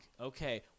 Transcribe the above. Okay